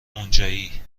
اونجایی